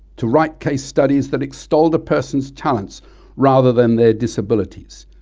to write case studies that extolled a person's talents rather than their disabilities,